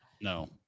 No